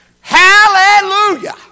Hallelujah